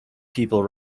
people